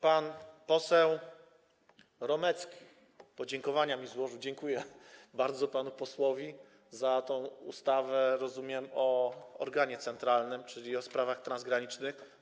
Pan poseł Romecki podziękowania mi złożył - dziękuję bardzo panu posłowi - za tę ustawę, jak rozumiem, o organie centralnym, czyli o sprawach transgranicznych.